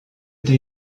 eta